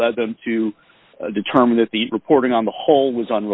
led them to determine that the reporting on the whole was